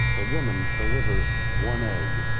the woman delivers one egg